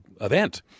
event